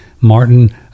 Martin